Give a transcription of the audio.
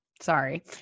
Sorry